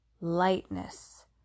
lightness